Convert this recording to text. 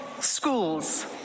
schools